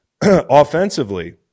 Offensively